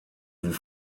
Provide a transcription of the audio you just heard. vous